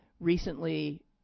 recently